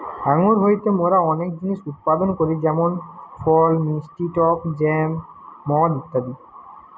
আঙ্গুর হইতে মোরা অনেক জিনিস উৎপাদন করি যেমন ফল, মিষ্টি টক জ্যাম, মদ ইত্যাদি